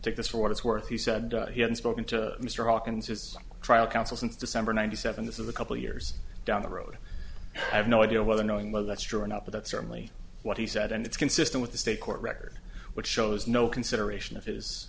this for what it's worth he said he hadn't spoken to mr hawkins his trial counsel since december ninety seven this is a couple years down the road i have no idea whether knowing whether that's true or not but that's certainly what he said and it's consistent with the state court record which shows no consideration of his